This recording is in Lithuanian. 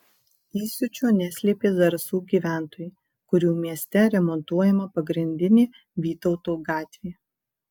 įsiūčio neslėpė zarasų gyventojai kurių mieste remontuojama pagrindinė vytauto gatvė